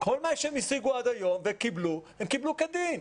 כל מה שהם השיגו עד היום וקיבלו, הם קיבלו כדין.